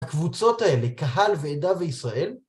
הקבוצות האלה, קהל ועדה בישראל,